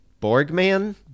Borgman